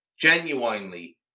genuinely